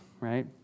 right